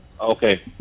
Okay